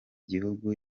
gihugu